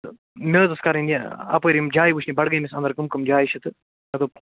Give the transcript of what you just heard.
تہٕ مےٚ حظ أسۍ کَرٕنۍ یہِ اَپٲرۍ یِم جایہِ وُچھنہِ بَڈگٲمِس اَنٛدر کٕم کٕم جایہِ چھِ تہٕ مےٚ دوٚپ